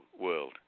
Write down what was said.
world